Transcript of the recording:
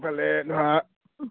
সোনকালে ধৰা